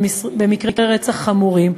במקרי הרצח החמורים,